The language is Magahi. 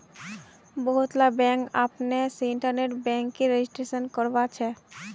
बहुतला बैंक अपने से इन्टरनेट बैंकिंगेर रजिस्ट्रेशन करवाछे